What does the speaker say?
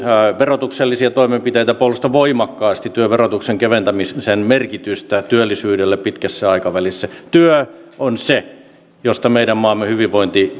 verotuksellisia toimenpiteitä puolustan voimakkaasti työn verotuksen keventämisen merkitystä työllisyydelle pitkällä aikavälillä työ on se mistä meidän maamme hyvinvointi